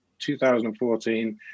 2014